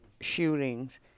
shootings